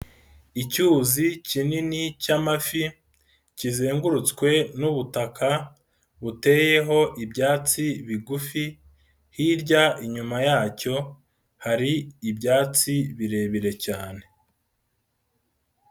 Icyuzi kinini cy'amafi, kizengurutswe n'ubutaka, buteyeho ibyatsi bigufi, hirya inyuma yacyo hari ibyatsi birebire cyane.